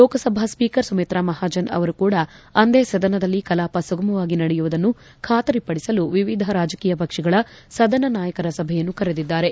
Lok Sabha speaker Sumitra Mahajan ಅವರು ಕೂಡ ಅಂದೇ ಸದನದಲ್ಲಿ ಕಲಾಪ ಸುಗಮವಾಗಿ ನಡೆಯುವುದನ್ನು ಖಾತರಿಪಡಿಸಲು ವಿವಿಧ ರಾಜಕೀಯ ಪಕ್ಷಗಳ ಸದನ ನಾಯಕರ ಸಭೆಯನ್ನು ಕರೆದಿದ್ದಾರೆ